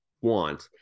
want